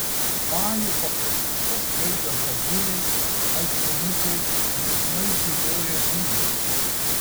palių pakraščiuose skraido dagiliai alksninukai linksmai zylioja zylės